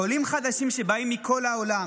עולים חדשים שבאים מכל העולם,